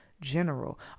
general